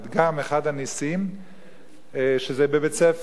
גם אחד הנסים שזה בבית-ספר,